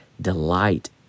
delight